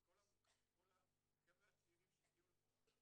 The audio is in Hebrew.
את כל החבר'ה הצעירים שהגיעו לפה.